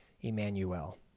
Emmanuel